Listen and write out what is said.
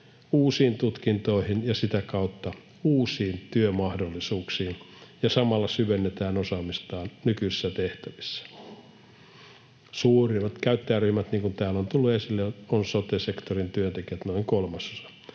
uusiin tutkintoihin ja sitä kautta uusiin työmahdollisuuksiin ja samalla syvennetään osaamista nykyisissä tehtävissä. Suurimmat käyttäjäryhmät, niin kuin täällä on tullut esille, ovat sote-sektorin työntekijät, noin kolmasosa.